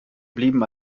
blieben